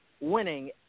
winning